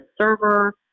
server